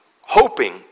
hoping